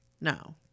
no